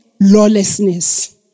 lawlessness